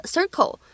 Circle